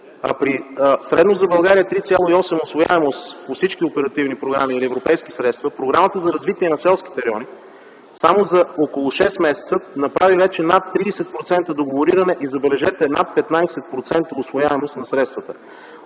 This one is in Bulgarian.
При средно за България 3,8% усвояемост по всички оперативни програми или европейски средства, Програмата за развитие на селските райони само за около шест месеца направи вече над 30% договориране и, забележете, над 15% усвояемост на средствата.